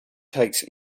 takes